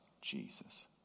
Jesus